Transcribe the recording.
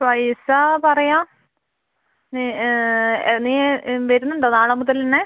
പൈസ പറയാം നീ നീ വരുന്നുണ്ടോ നാളെ മുതൽതന്നെ